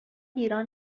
بیراه